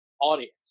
audience